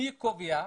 מי קובע?